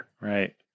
Right